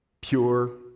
Pure